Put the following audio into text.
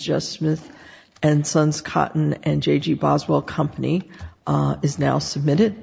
just smith and sons cotton and j g boswell company is now submitted